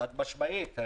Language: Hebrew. חד-משמעית.